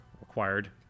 required